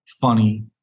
funny